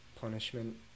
punishment